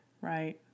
Right